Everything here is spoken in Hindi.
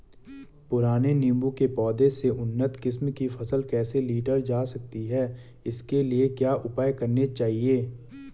पुराने नीबूं के पौधें से उन्नत किस्म की फसल कैसे लीटर जा सकती है इसके लिए क्या उपाय करने चाहिए?